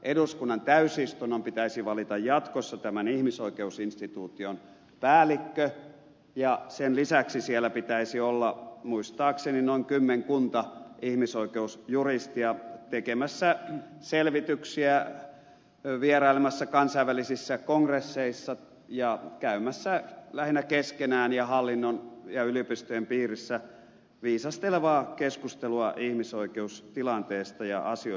eduskunnan täysistunnon pitäisi valita jatkossa tämän ihmisoikeusinstituution päällikkö ja sen lisäksi siellä pitäisi olla muistaakseni noin kymmenkunta ihmisoikeusjuristia tekemässä selvityksiä vierailemassa kansainvälisissä kongresseissa ja käymässä lähinnä keskenään ja hallinnon ja yliopistojen piirissä viisastelevaa keskustelua ihmisoikeustilanteesta ja asioista suomessa